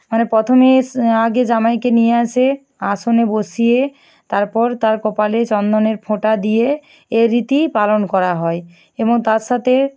মানে প্রথমেই আগে জামাইকে নিয়ে আসে আসনে বসিয়ে তারপর তার কপালে চন্দনের ফোঁটা দিয়ে এ রীতি পালন করা হয় এবং তার সাথে